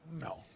No